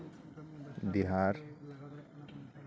Bihar